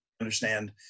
understand